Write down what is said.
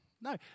No